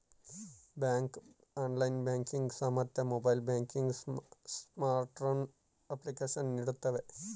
bank online banking ಸಾಮರ್ಥ್ಯ mobile banking smartphone application ನೀಡ್ತವೆ